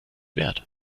wert